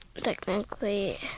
technically